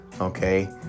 Okay